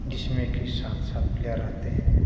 जिसमें कि सात सात प्लेयर रहते हैं